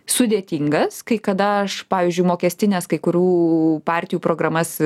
sudėtingas kai kada aš pavyzdžiui mokestines kai kurių partijų programas